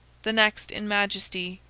the next in majesty,